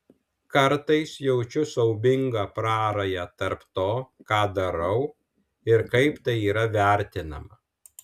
kartais jaučiu siaubingą prarają tarp to ką darau ir kaip tai yra vertinama